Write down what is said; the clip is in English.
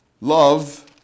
love